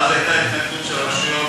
ואז הייתה התנגדות של הרשויות